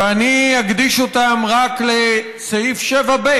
ואני אקדיש אותן רק לסעיף 7(ב)